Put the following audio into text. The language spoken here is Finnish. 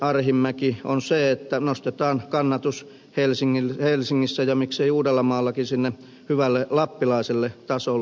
arhinmäki on se että nostetaan kannatus helsingissä ja miksei uudellamaallakin sinne hyvälle lappilaiselle tasolle